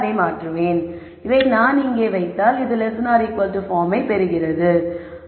இதை நான் இங்கே வைத்தால் இது பார்மை பெறுகின்றது